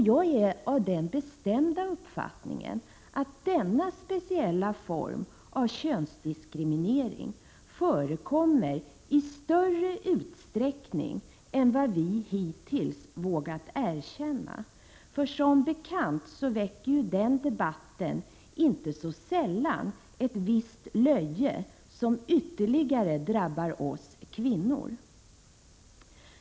Jag är av den bestämda uppfattningen att denna speciella form av könsdiskriminering förekommer i större utsträckning än vad vi hittills vågat erkänna. Som bekant väcker ju den debatten inte så sällan ett visst löje, som ytterligare drabbar oss kvinnor.